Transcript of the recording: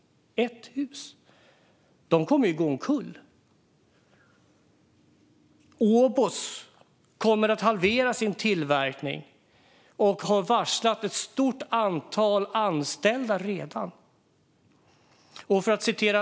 Ett enda hus! Man kommer att gå omkull. Obos kommer att halvera sin tillverkning och har redan varslat ett stort antal anställda.